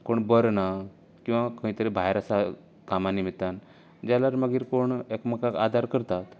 कोण बरो ना किंवां खंय तरी भायर आसा कामां निमित्तान जाल्यार मागीर कोण एकमेकांक आदार करतात